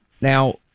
Now